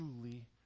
truly